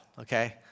okay